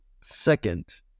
Second